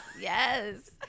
Yes